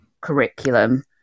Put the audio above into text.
curriculum